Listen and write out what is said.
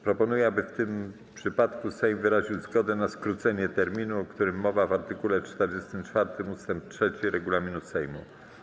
Proponuję, aby w tym przypadku Sejm wyraził zgodę na skrócenie terminu, o którym mowa w art. 44 ust. 3 regulaminu Sejmu.